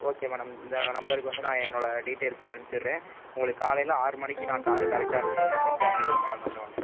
okay madam இந்த நம்பருக்கு வந்து நான் என்னோடய டீட்டெயில்ஸை அனுப்பிச்சிட்றேன் உங்களுக்கு காலையில் ஆறு மணிக்கு நான் காரு கரெக்டாக எடுத்துகிட்டு வந்துடுறேன் கிளம்பிருவோம் மேடம் வந்தவொடன்னே